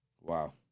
Wow